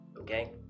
okay